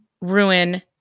ruin